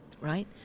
right